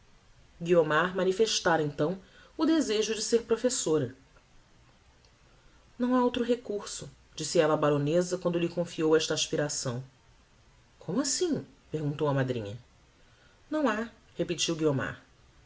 guiomar manifestára então o desejo de ser professora não ha outro recurso disse ella á baroneza quando lhe confiou esta aspiração como assim perguntou a madrinha não ha repetiu guiomar